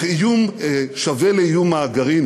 איום שווה לאיום הגרעין?